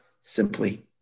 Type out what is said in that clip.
Simply